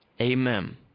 Amen